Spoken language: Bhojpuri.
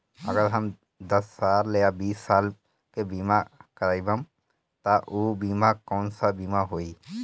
अगर हम दस साल या बिस साल के बिमा करबइम त ऊ बिमा कौन सा बिमा होई?